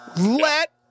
Let